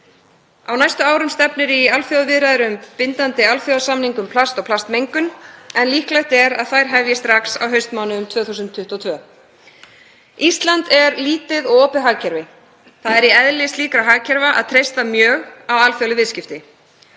Á næstu árum stefnir í alþjóðaviðræður um bindandi alþjóðasamning um plast og plastmengun, en líklegt er að þær hefjist strax á haustmánuðum 2022. Ísland er lítið og opið hagkerfi. Það er í eðli slíkra hagkerfa að treysta mjög á alþjóðleg viðskipti.